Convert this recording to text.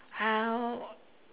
how